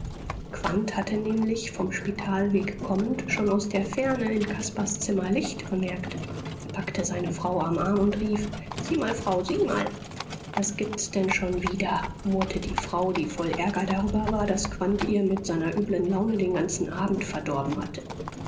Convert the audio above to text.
hatte nämlich vom spitalweg kommend schon aus der ferne in caspars zimmer licht bemerkt er packte seine frau am arm und rief sieh mal frau sieh mal was gibt's denn schon wieder murrte die frau die voll ärger darüber war daß quandt ihr mit seiner übeln laune den ganzen abend verdorben hatte